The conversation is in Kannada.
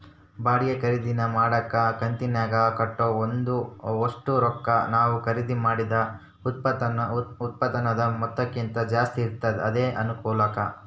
ಬಾಡಿಗೆ ಖರೀದಿನ ಮಾಡಕ ಕಂತಿನಾಗ ಕಟ್ಟೋ ಒಷ್ಟು ರೊಕ್ಕ ನಾವು ಖರೀದಿ ಮಾಡಿದ ಉತ್ಪನ್ನುದ ಮೊತ್ತಕ್ಕಿಂತ ಜಾಸ್ತಿ ಇರ್ತತೆ ಅದೇ ಅನಾನುಕೂಲ